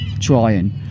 trying